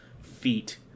feet